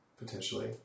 potentially